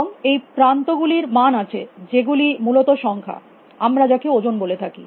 এবং এই প্রান্ত গুলির মান আছে যেগুলি মূলত সংখ্যা আমরা যাকে ওজন বলে থাকি